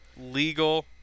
Legal